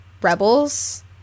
Rebels